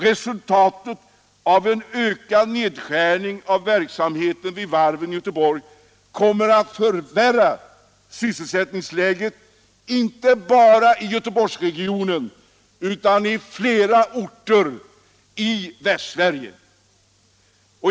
Resultatet av en ökad nedskärning av verksamheten vid varven i Göteborg kommer att bli ett förvärrat sysselsättningsläge inte bara i Göteborgsregionen utan också i flera andra orter i Västsverige.